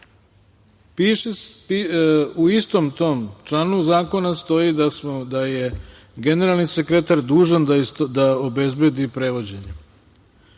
u istom tom članu zakona stoji da je generalni sekretar dužan da obezbedi prevođenje.